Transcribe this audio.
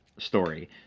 story